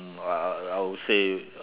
uh I would say uh